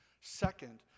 Second